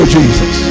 Jesus